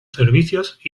servicios